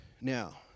Now